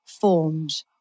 formed